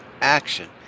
action